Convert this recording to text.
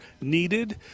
needed